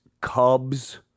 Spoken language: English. Cubs